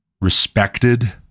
respected